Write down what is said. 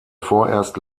vorerst